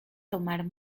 tomar